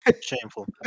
Shameful